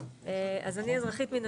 אני אזרחית מן